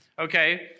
Okay